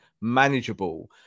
manageable